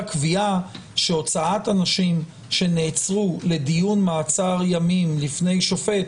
הקביעה שהוצאת אנשים שנעצרו לדיון מעצר ימים בפני שופט,